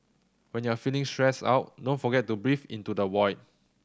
when you are feeling stressed out don't forget to breathe into the void